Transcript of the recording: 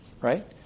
right